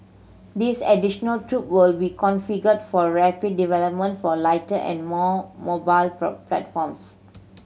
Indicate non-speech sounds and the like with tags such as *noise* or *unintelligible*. this additional troop will be configured for rapid development for lighter and more mobile *unintelligible* platforms